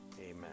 amen